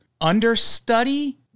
understudy